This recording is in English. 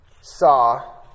saw